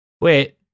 wait